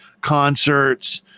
concerts